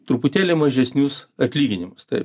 truputėlį mažesnius atlyginimus taip